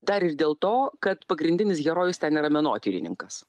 dar ir dėl to kad pagrindinis herojus ten yra menotyrininkas